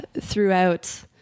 throughout